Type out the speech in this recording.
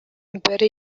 бер